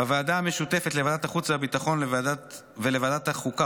בוועדה המשותפת לוועדת החוץ והביטחון ולוועדת החוקה,